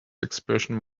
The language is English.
expression